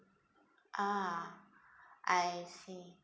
ah I see